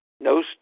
No